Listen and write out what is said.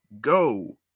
go